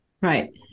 Right